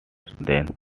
than